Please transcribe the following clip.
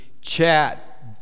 chat